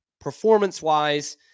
Performance-wise